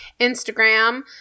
Instagram